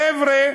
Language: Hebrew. החבר'ה